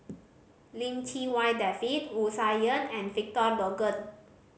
Lim Chee Wai David Wu Tsai Yen and Victor Doggett